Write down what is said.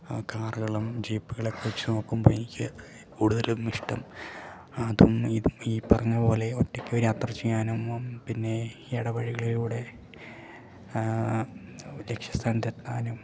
കാറുകളും ജീപ്പുകളൊക്കെ വെച്ച് നോക്കുമ്പോൾ എനിക്ക് കൂടുതലും ഇഷ്ടം അതും ഇതും ഈ പറഞ്ഞത് പോലെ ഒറ്റയ്ക്ക് യാത്ര ചെയ്യാനും പിന്നെ ഈ ഇടവഴികളിലൂടെ ലക്ഷ്യസ്ഥാനത്തെത്താനും